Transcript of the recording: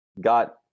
got